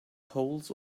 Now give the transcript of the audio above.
poles